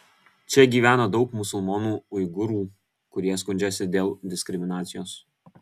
čia gyvena daug musulmonų uigūrų kurie skundžiasi dėl diskriminacijos